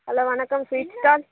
hello வணக்கம் sweet stall